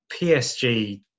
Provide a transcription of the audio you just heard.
PSG